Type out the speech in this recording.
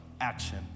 action